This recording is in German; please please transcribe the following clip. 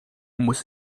muss